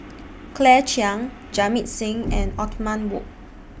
Claire Chiang Jamit Singh and Othman Wok